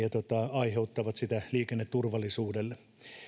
aiheuttavat ongelmia liikenneturvallisuudelle